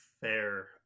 Fair